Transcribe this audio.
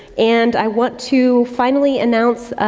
and i want to finally announce, ah,